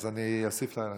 אני אוסיף לך.